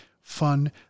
fun